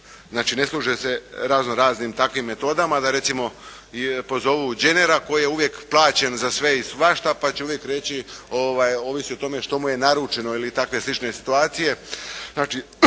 znači ne služe se razno raznim takvim metodama da recimo pozovu Đenera koji je uvijek plaćen za sve i svašta pa će uvijek reći ovisi o tome što mu je naručeno ili takve slične situacije.